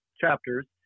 chapters